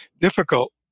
difficult